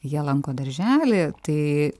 jie lanko darželį tai